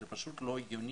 זה פשוט לא הגיוני,